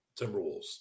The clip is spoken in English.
Timberwolves